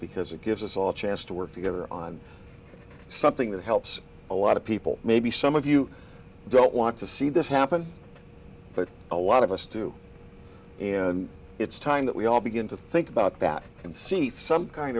because it gives us all chance to work together on something that helps a lot of people maybe some of you don't want to see this happen but a lot of us do and it's time that we all begin to think about that and see through some kind